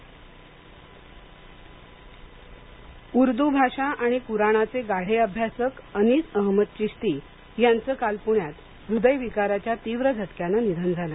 निधन चिश्ती उर्दू भाषा आणि कुराणाचे गाढे अभ्यासक अनिस अहमद चिश्ती यांचं काल पुण्यात हृद्यविकाराच्या तीव्र झटक्याने निधन झाल